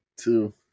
two